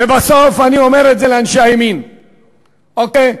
ובסוף, אני אומר את זה לאנשי הימין, אוקיי?